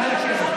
נא לשבת.